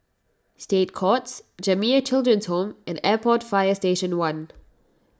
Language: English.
State Courts Jamiyah Children's Home and Airport Fire Station one